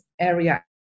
area